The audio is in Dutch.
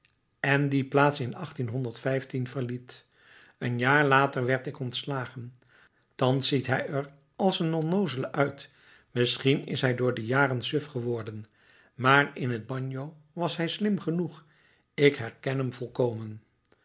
en die plaats in verliet een jaar later werd ik ontslagen thans ziet hij er als een onnoozele uit misschien is hij door de jaren suf geworden maar in t bagno was hij slim genoeg ik herken hem volkomen